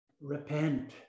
repent